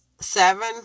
seven